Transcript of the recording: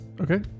Okay